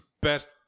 best